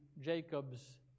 Jacob's